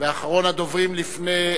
ואחרון הדוברים, לפני